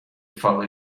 follow